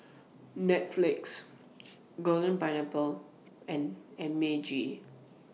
Netflix Golden Pineapple and M A G